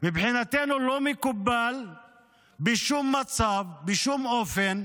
מבחינתנו לא מקובל בשום מצב, בשום אופן,